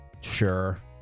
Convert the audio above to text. Sure